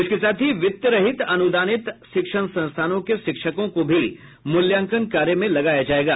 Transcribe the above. इसके साथ ही वित्त रहित अनुदानित शिक्षण संस्थानों के शिक्षकों को भी मूल्यांकन कार्य में लगाया जायेगा